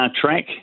track